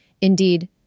Indeed